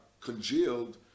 congealed